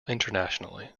internationally